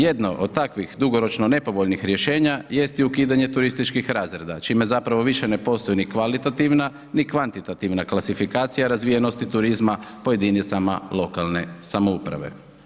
Jedno od takvih dugoročnih nepovoljnih rješenja jest i ukidanje turističkih razreda čime zapravo više ne postoji ni kvalitativna ni kvantitativna klasifikacija razvijenosti turizma po jedinicama lokalne samouprave.